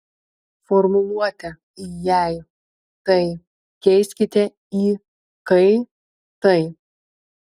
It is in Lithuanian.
formuluotę jei tai keiskite į kai tai